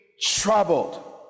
troubled